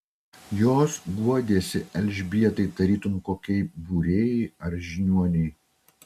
jos guodėsi elžbietai tarytum kokiai būrėjai ar žiniuonei